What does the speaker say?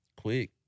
Quick